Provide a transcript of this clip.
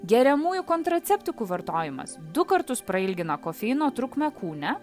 geriamųjų kontraceptikų vartojimas du kartus prailgina kofeino trukmę kūne